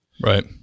right